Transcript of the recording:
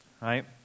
right